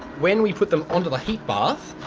when we put them onto the heat bath,